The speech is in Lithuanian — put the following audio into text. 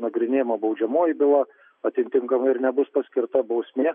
nagrinėjama baudžiamoji byla atitinkamai ir nebus paskirta bausmė